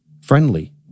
friendly